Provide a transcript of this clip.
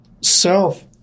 self